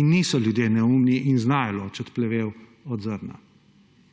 In niso ljudje neumni in znajo ločiti plevel od zrna.